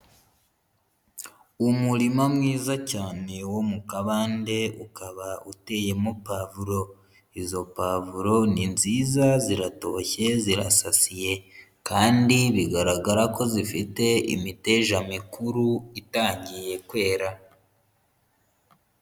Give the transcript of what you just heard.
Umurima mwiza cyane wo mu kabande, ukaba uteyemo pavuro. Izo pavuro ni nziza ziratoshye zirasasiye, kandi bigaragara ko zifite imiteja mikuru itangiye kwera.